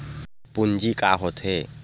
पूंजी का होथे?